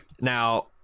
now